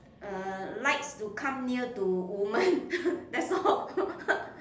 uh likes to come near to women that's all